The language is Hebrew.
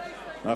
כולל ההסתייגות.